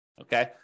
okay